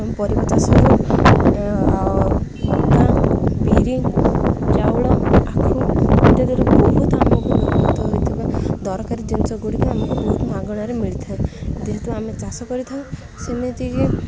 ପରିବା ଚାଷରେ ଅଟା ବିରି ଚାଉଳ ଆଖୁ ଇତ୍ୟାଦିରୁ ବହୁତ ଆମକୁ ତ ହୋଇଥିବା ଦରକାରୀ ଜିନିଷଗୁଡ଼ିକ ଆମକୁ ବହୁତ ମାଗଣାରେ ମିଳିଥାଏ ଯେହେତୁ ଆମେ ଚାଷ କରିଥାଉ ସେମିତିକି